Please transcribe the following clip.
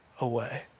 away